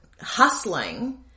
hustling